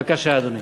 בבקשה, אדוני.